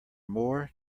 more